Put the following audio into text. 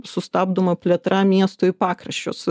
sustabdoma plėtra miesto į pakraščius